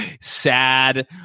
sad